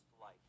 life